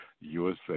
USA